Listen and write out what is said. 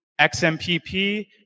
XMPP